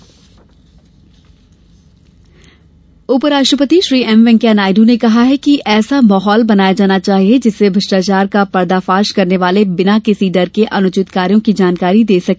वैंकैया नायड् उप राष्ट्रपति वैंकेया नायड् ने कहा है कि ऐसा माहौल बनाया जाना चाहिए जिससे भ्रष्टाचार का पर्दाफाश करने वाले बिना किसी डर के अनुचित कार्यों की जानकारी दे सके